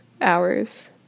hours